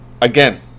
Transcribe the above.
again